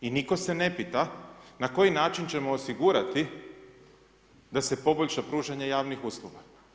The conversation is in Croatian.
I nitko se ne pita, na koji način ćemo osigurati, da se poboljša pružanje javnih usluga.